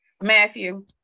Matthew